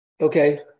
Okay